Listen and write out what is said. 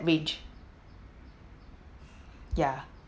range ya